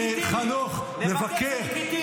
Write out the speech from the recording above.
חנוך, מבקר.